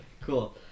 Cool